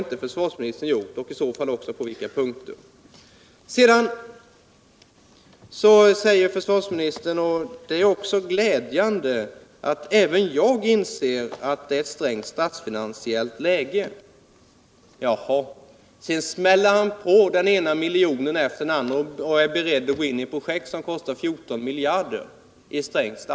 Det har försvarsministern inte gjort. Vidare säger försvarsministern att även han anser att det är ett ansträngt statsfinansiellt läge. Men sedan smäller han i detta ansträngda läge på den ena miljonen efter den andra och är beredci att gå in på projekt på 14 miljarder.